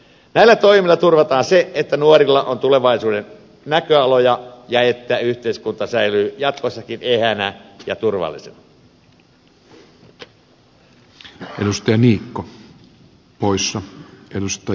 näillä toimilla turvataan se että nuorilla on tulevaisuuden näköaloja ja että yhteiskunta säilyy jatkossakin eheänä ja turvallisena